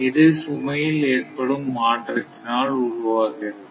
இது சுமையில் ஏற்படும் மாற்றத்தினால் உருவாகிறது